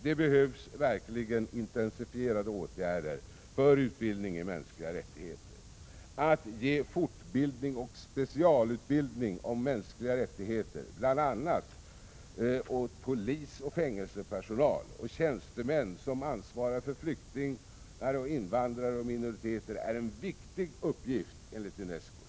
Det behövs verkligen intensifierade åtgärder för utbildning i mänskliga rättigheter. Att ge fortbildning och specialutbildning om mänskliga rättigheter bl.a. åt polisoch fängelsepersonal och tjänstemän som ansvarar för flyktingar, invandrare och minoriteter är en viktig uppgift enligt UNESCO.